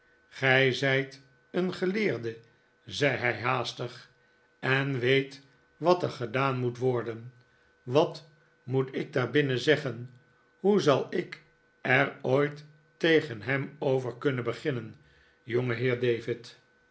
zijt een geleerde zei hij haastig en weet wat er gedaan moet worden wat moet ik daar binnen zeggen hoe zal ik er ooit tegen hem over kunnen beginnen jongeheer david